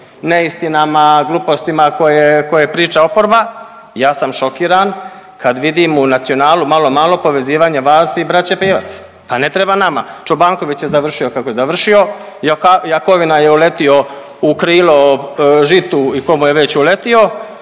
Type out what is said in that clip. neistinama, glupostima, koje priča oporba, ja sam šokiran kad vidim u Nacionalu malo, malo povezivanje vas i braće Pivac. Pa ne treba nama Čobanković je završio kako je završio, Jakovina je uletio u krilo žitu i ko mu je već uletio,